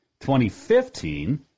2015